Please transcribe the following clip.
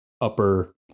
upper